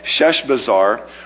Sheshbazar